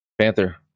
Panther